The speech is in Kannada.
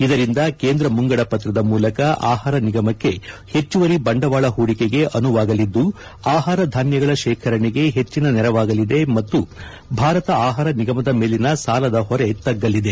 ಇದರಿಂದ ಕೇಂದ್ರ ಮುಂಗಡ ಪತ್ರದ ಮೂಲಕ ಆಹಾರ ನಿಗಮಕ್ಕೆ ಹೆಚ್ಚುವರಿ ಬಂಡವಾಳ ಹೂಡಿಕೆಗೆ ಅನುವಾಗಲಿದ್ದು ಆಹಾರ ಧಾನ್ಯಗಳ ಶೇಖರಣೆಗೆ ಹೆಚ್ಚಿನ ನೆರವಾಗಲಿದೆ ಮತ್ತು ಭಾರತ ಆಹಾರ ನಿಗಮದ ಮೇಲಿನ ಸಾಲದ ಹೊರೆ ತಗ್ಗಲಿದೆ